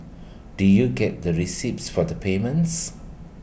do you get the receipts for the payments